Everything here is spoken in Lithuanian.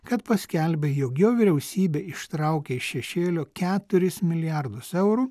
kad paskelbė jog jo vyriausybė ištraukė iš šešėlio keturis milijardus eurų